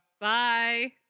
Bye